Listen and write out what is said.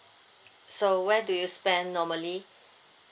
so where do you spend normally